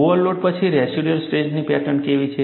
overload પછી residual સ્ટ્રેસની pattern કેવી છે